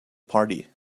party